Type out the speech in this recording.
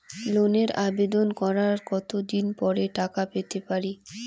লোনের আবেদন করার কত দিন পরে টাকা পেতে পারি?